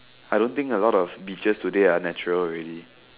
I don't think a lot of beaches today are natural already